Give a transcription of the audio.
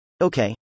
okay